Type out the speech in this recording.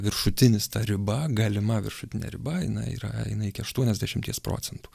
viršutinis ta riba galima viršutinė riba jinai yra eina iki aštuoniasdešimties procentų